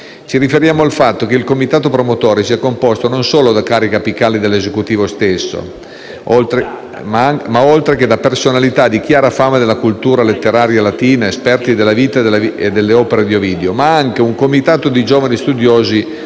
Ci riferiamo al fatto che il comitato promotore sia composto non solo da cariche apicali dell'Esecutivo stesso, oltre che da «personalità di chiara fama della cultura e letteratura latina, esperti della vita e delle opere di Ovidio», ma anche da un comitato di giovani studiosi